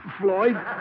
Floyd